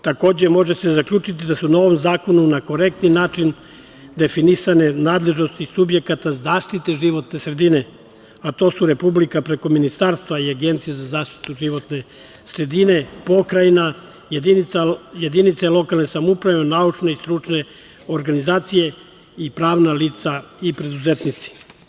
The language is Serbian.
Takođe, može se zaključiti da su u ovom zakonu na korektni način definisane nadležnosti subjekata zaštite životne sredine, a to su Republika preko ministarstva i Agencije za zaštitu životne sredine, Pokrajina, jedinice lokalne samouprave i naučne i stručne organizacije i pravna lica i preduzetnici.